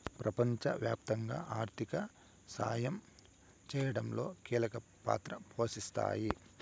ప్రపంచవ్యాప్తంగా ఆర్థిక సాయం చేయడంలో కీలక పాత్ర పోషిస్తాయి